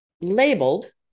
labeled